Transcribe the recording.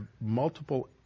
multiple